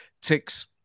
ticks